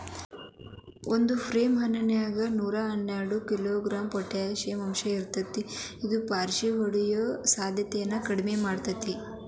ಒಂದು ಪ್ಲಮ್ ಹಣ್ಣಿನ್ಯಾಗ ನೂರಾಹದ್ಮೂರು ಮಿ.ಗ್ರಾಂ ಪೊಟಾಷಿಯಂ ಅಂಶಇರ್ತೇತಿ ಇದು ಪಾರ್ಷಿಹೊಡಿಯೋ ಸಾಧ್ಯತೆನ ಕಡಿಮಿ ಮಾಡ್ತೆತಿ